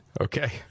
Okay